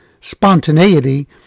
spontaneity